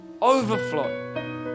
Overflow